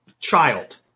child